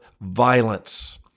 violence